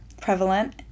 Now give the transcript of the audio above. prevalent